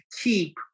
keep